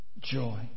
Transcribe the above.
joy